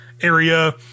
area